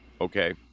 Okay